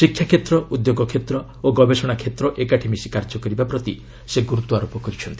ଶିକ୍ଷା କ୍ଷେତ୍ର ଉଦ୍ୟୋଗ କ୍ଷେତ୍ର ଓ ଗବେଷଣା କ୍ଷେତ୍ର ଏକାଠି ମିଶି କାର୍ଯ୍ୟ କରିବା ପ୍ରତି ସେ ଗୁରୁତ୍ୱ ଦେଇଛନ୍ତି